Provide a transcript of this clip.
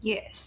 Yes